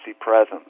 presence